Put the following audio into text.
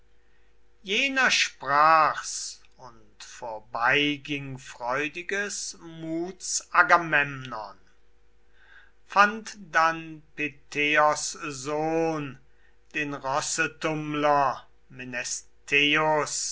jener sprach's und vorbei ging freudiges muts agamemnon fand dann peteos sohn den